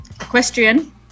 equestrian